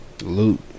loot